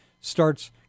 starts